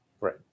right